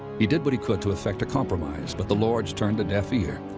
he did what he could to effect a compromise, but the lords turned a deaf ear.